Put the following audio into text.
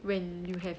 when you have